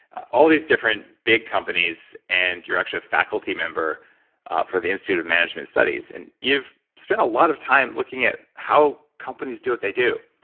all these different big companies and you're actually a faculty member for the institute of management studies. and you've spent a lot of time looking at how companies do what they do.